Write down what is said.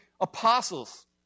apostles